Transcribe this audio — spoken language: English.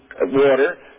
water